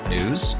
News